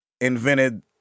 invented